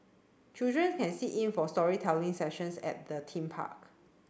children can sit in for storytelling sessions at the theme park